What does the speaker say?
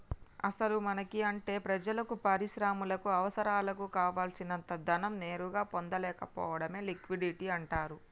అసలు మనకి అంటే ప్రజలకు పరిశ్రమలకు అవసరాలకు కావాల్సినంత ధనం నేరుగా పొందలేకపోవడమే లిక్విడిటీ అంటారు